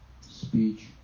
speech